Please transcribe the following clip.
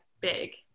big